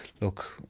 look